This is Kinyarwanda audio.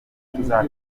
tuza